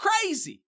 crazy